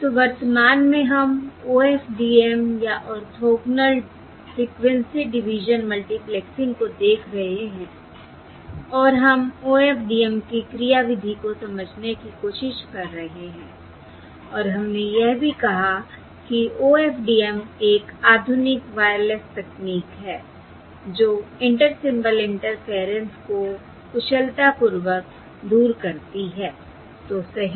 तो वर्तमान में हम OFDM या ऑर्थोगोनल फ्रिक्वेंसी डिवीजन मल्टीप्लेक्सिंग को देख रहे हैं और हम OFDM की क्रियाविधि को समझने की कोशिश कर रहे हैं और हमने यह भी कहा कि OFDM एक आधुनिक वायरलेस तकनीक है जो इंटर सिंबल इंटरफेयरेंस को कुशलतापूर्वक दूर करती है तो सही